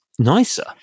nicer